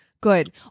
Good